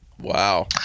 Wow